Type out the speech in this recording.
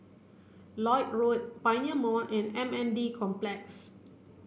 Lloyd Road Pioneer Mall and M N D Complex